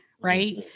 right